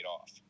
off